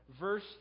Verse